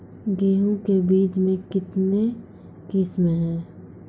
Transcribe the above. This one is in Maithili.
गेहूँ के बीज के कितने किसमें है?